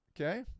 Okay